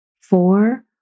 four